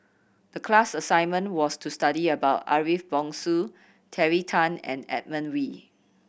the class assignment was to study about Ariff Bongso Terry Tan and Edmund Wee